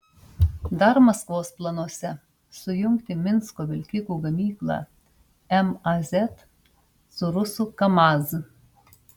dar maskvos planuose sujungti minsko vilkikų gamyklą maz su rusų kamaz